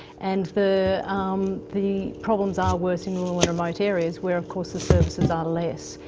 and the um the problems are worse in rural and remote areas, where of course the services are less.